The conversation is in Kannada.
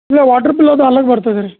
ಇಲ್ಲ ವಾಟ್ರ್ ಬಿಲ್ ಅದು ಅಲಗ ಬರ್ತದೆ ರೀ